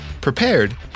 prepared